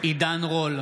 עידן רול,